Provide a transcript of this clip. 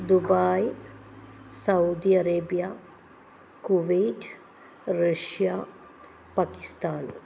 Dubai Saudi Arabia Kuwait Russia Pakistan